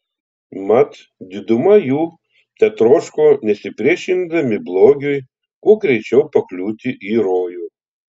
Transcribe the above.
mat diduma jų tetroško nesipriešindami blogiui kuo greičiau pakliūti į rojų